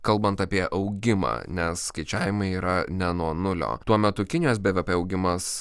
kalbant apie augimą nes skaičiavimai yra ne nuo nulio tuo metu kinijos bvp augimas